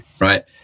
right